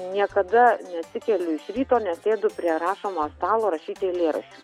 niekada nesikeliu iš ryto nesėdu prie rašomojo stalo rašyti eilėraščių